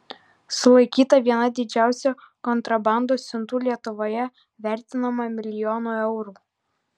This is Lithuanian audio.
sulaikyta viena didžiausių kontrabandos siuntų lietuvoje vertinama milijonu eurų